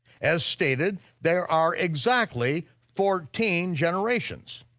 as stated, there are exactly fourteen generations.